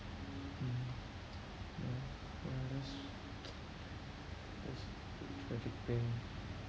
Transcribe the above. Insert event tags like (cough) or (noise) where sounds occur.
mm mm ya that's (noise) that's the tragic thing